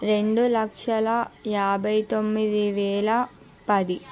రెండు లక్షల యాభై తొమ్మిది వేల పది